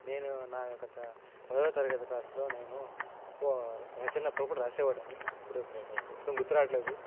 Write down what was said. నేను నా యొక్క త పదవ తరగతి క్లాస్లో నేను ఓ రచనలప్పుడు కూడా రాసేవాడిని ఇప్పుడు ప్ర ప్రస్తుతం గుర్తురావడంలేదు